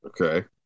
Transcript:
Okay